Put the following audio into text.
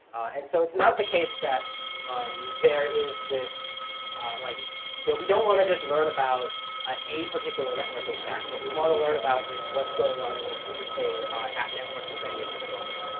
and so it's not the case that um there is this like we don't want to just learn about ah a particular networking stack. what we want to learn about is what's going on and what's interesting at networking venues at the moment.